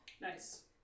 nice